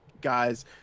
guys